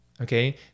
okay